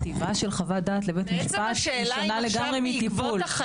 כתיבה של חוות דעת לבית משפט שונה לגמרי מטיפול.